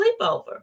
sleepover